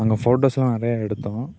அங்கே ஃபோட்டோஸ்லாம் நிறைய எடுத்தோம்